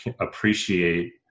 appreciate